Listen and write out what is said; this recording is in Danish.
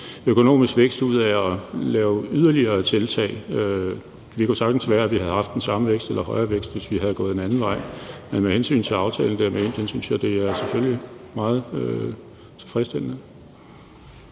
økonomisk vækst ud af at lave yderligere tiltag. Det kunne sagtens være, at vi havde haft den samme vækst eller højere vækst, hvis vi var gået en anden vej. Men med hensyn til aftalen med Indien synes jeg selvfølgelig, at det er meget tilfredsstillende.